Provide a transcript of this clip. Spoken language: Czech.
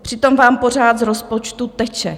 Přitom vám pořád z rozpočtu teče.